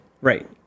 Right